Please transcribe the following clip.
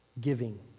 giving